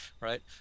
right